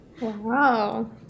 Wow